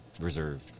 reserved